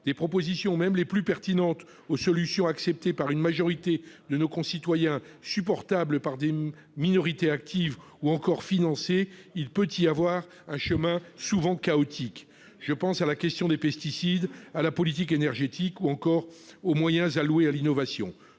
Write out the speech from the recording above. Des propositions, mêmes les plus pertinentes, aux solutions acceptées par une majorité de nos concitoyens, supportables par des minorités actives, ou encore financées, il peut y avoir un chemin souvent chaotique. Je pense à la question des pesticides, à la politique énergétique, ou encore aux moyens alloués à l'innovation.